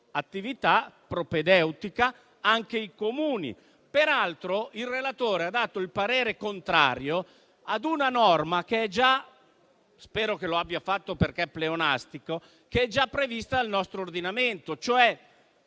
attività propedeutica anche i Comuni. Peraltro, il relatore ha espresso parere contrario ad una norma - spero che lo abbia fatto perché è pleonastico - che è già prevista dal nostro ordinamento, cioè